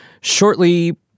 shortly